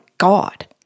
God